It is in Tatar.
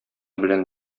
белән